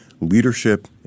leadership